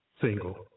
single